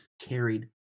carried